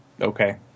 okay